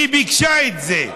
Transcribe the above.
היא ביקשה את זה.